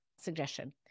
suggestion